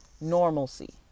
normalcy